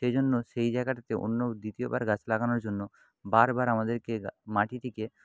সেই জন্য সেই জায়গাটিতে অন্য দ্বিতীয়বার গাছ লাগানোর জন্য বারবার আমাদেরকে মাটিটিকে